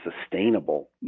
sustainable